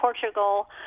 Portugal